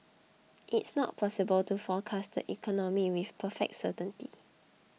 it's not possible to forecast the economy with perfect certainty